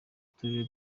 uturere